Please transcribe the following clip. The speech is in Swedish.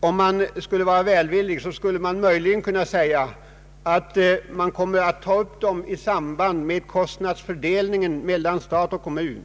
Om man skulle vara välvillig kunde man möjligen säga att detta problem kommer att tas upp i samband med frågan om kostnadsfördelningen mellan stat och kommun.